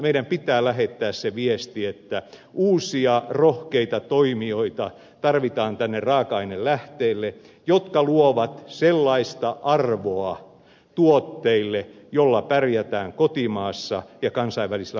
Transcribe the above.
meidän pitää lähettää se viesti että uusia rohkeita toimijoita tarvitaan tänne raaka ainelähteille jotka luovat sellaista arvoa tuotteille jolla pärjätään kotimaassa ja kansainvälisillä markkinoilla